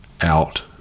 out